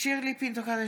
שירלי פינטו קדוש,